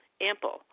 ample